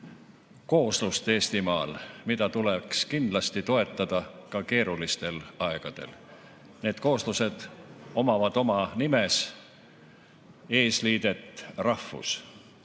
kooslust, mida tuleks kindlasti toetada ka keerulistel aegadel. Need kooslused omavad oma nimes eesliidet "rahvus‑".